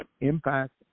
impact